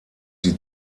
sie